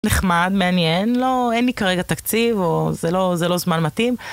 נחמד, מעניין, לא, אין לי כרגע תקציב, או זה לא זמן מתאים.